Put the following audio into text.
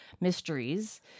mysteries